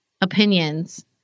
opinions